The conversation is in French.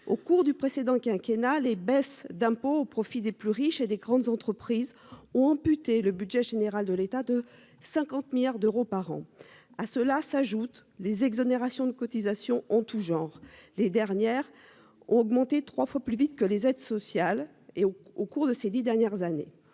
au cours du précédent quinquennat. Les baisses d'impôts au profit des plus riches et des grandes entreprises ont amputé le budget général de l'état de 50 milliards d'euros par an. À cela s'ajoutent les exonérations de cotisations ont tous genres les dernières. Augmenté 3 fois plus vite que les aides sociales et au, au cours de ces 10 dernières années.